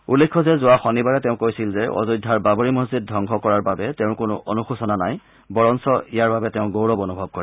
উল্লেখ্য যে যোৱা শনিবাৰে তেওঁ কৈছিল যে অযোধ্যাৰ বাবৰি মছজিদ ধবংস কৰাৰ বাবে তেওঁৰ কোনো অনুশোচনা নাই বৰঞ্চ ইয়াৰ বাবে তেওঁ গৌৰৱ অনুভৱ কৰে